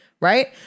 Right